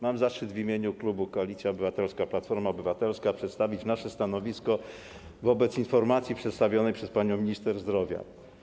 Mam zaszczyt w imieniu klubu Koalicja Obywatelska - Platforma Obywatelska przestawić nasze stanowisko wobec informacji przedstawionej przez panią minister zdrowia.